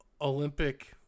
Olympic